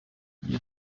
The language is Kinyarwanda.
iyo